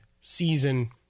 season